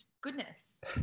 goodness